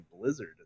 Blizzard